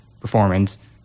performance